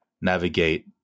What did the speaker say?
navigate